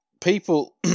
people